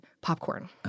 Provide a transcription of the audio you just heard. popcorn